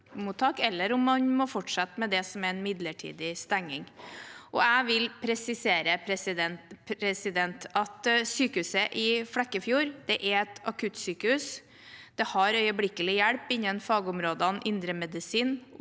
eller om man må fortsette med en midlertidig stenging. Jeg vil presisere at sykehuset i Flekkefjord er et akuttsykehus. Det har øyeblikkelig hjelp innen fagområdene indremedisin,